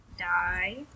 die